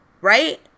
Right